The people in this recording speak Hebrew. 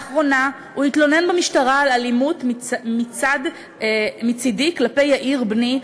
לאחרונה הוא התלונן במשטרה על אלימות מצדי כלפי יאיר בני,